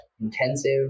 intensive